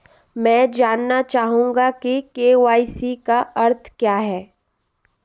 मैं जानना चाहूंगा कि के.वाई.सी का अर्थ क्या है?